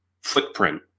footprint